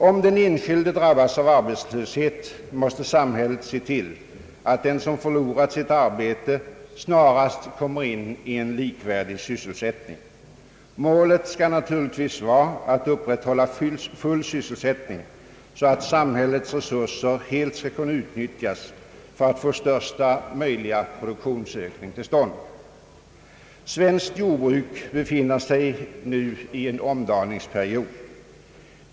Om den enskilde drabbas av arbetslöshet, måste samhället se till att den som har förlorat sitt arbete snarast kommer in i en likvärdig sysselsättning. Målet skall naturligtvis vara att upprätthålla full sysselsättning, så att samhällets resurser helt skall kunna utnyttjas för att få största möjliga produktionsökning till stånd. Svenskt jordbruk befinner sig i en omdaningsperiod.